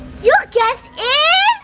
your guess is